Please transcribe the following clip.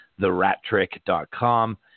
therattrick.com